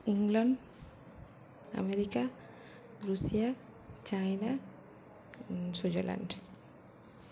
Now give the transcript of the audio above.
England America Russia China Switzerland